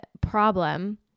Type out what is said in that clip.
problem